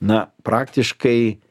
na praktiškai